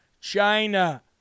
China